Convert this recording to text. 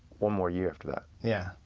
one more year after that. yeah.